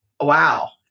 Wow